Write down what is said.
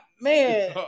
man